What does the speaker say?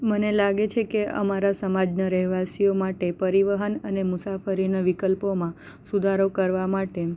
મને લાગે છે કે અમારા સમાજના રહેવાસીઓ માટે પરિવહન અને મુસાફરીના વિકલ્પોમાં સુધારો કરવા માટે